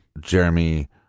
jeremy